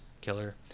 killer